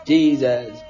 Jesus